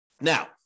Now